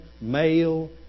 male